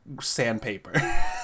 sandpaper